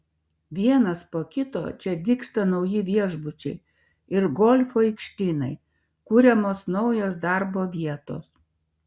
vienas po kito čia dygsta nauji viešbučiai ir golfo aikštynai kuriamos naujos darbo vietos